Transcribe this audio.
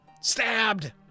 stabbed